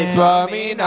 Swami